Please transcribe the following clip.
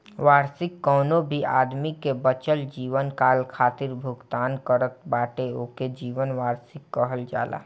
वार्षिकी कवनो भी आदमी के बचल जीवनकाल खातिर भुगतान करत बाटे ओके जीवन वार्षिकी कहल जाला